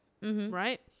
Right